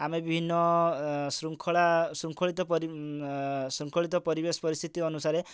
ଆମେ ବିଭିନ୍ନ ଶୃଙ୍ଖଳା ଶୃଙ୍ଖଳିତ ପରି ଶୃଙ୍ଖଳିତ ପରିବେଶ ପରିସ୍ଥିତି ଅନୁସାରରେ